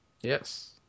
Yes